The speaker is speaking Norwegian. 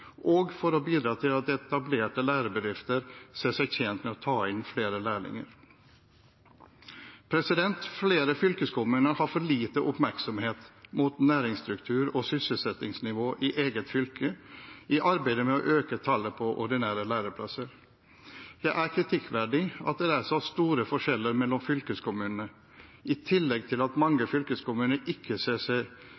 og for å bidra til at etablerte lærebedrifter ser seg tjent med å ta inn flere lærlinger. Flere fylkeskommuner har for lite oppmerksomhet mot næringsstruktur og sysselsettingsnivå i eget fylke i arbeidet med å øke tallet på ordinære læreplasser. Det er kritikkverdig at det er så store forskjeller mellom fylkeskommunene, i tillegg til at mange